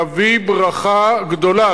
נביא ברכה גדולה.